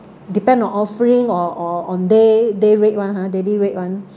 depend on offering or or on day day rate [one] ha daily rate [one]